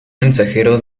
mensajero